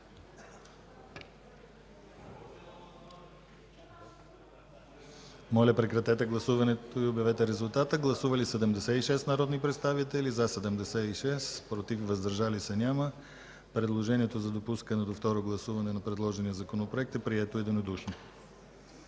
на предложения Законопроект. Гласували 76 народни представители: за 76, против и въздържали се няма. Предложението за допускане до второ гласуване на предложения Законопроект е прието единодушно.